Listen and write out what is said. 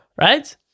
right